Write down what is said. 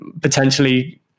potentially